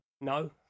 No